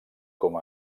com